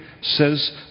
says